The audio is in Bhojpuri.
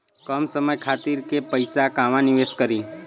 कम समय खातिर के पैसा कहवा निवेश करि?